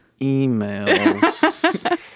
emails